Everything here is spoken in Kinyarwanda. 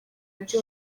mujyi